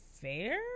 fair